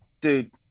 dude